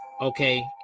Okay